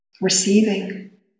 receiving